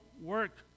work